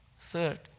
Third